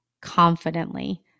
confidently